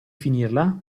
finirla